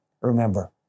remember